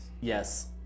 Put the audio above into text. Yes